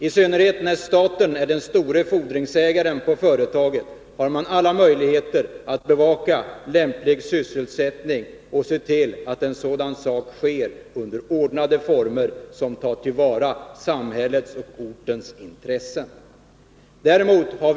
I synnerhet när staten är den stora fordringsägaren i företaget har man alla möjligheter att bevaka vad som är lämplig sysselsättning och se till att det hela sker under ordnade former, så att samhällets och ortens intressen tas till vara.